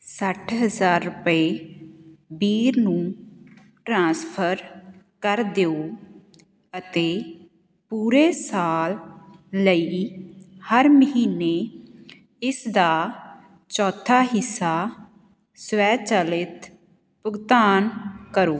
ਸੱਠ ਹਜ਼ਾਰ ਰੁਪਏ ਬੀਰ ਨੂੰ ਟ੍ਰਾਂਸਫਰ ਕਰ ਦਿਓ ਅਤੇ ਪੂਰੇ ਸਾਲ ਲਈ ਹਰ ਮਹੀਨੇ ਇਸਦਾ ਚੌਥਾ ਹਿੱਸਾ ਸਵੈ ਚਲਿਤ ਭੁਗਤਾਨ ਕਰੋ